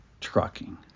trucking